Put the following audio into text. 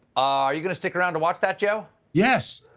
are you going to stick around to watch that, joe. yes,